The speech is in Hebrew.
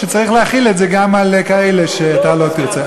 שצריך להחיל את זה גם על כאלה שאתה לא תרצה.